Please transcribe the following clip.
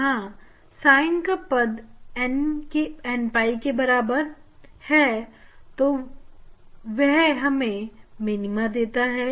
जब sin का पद n 𝝿 के बराबर होता है तो वह हमें मिनीमा देता है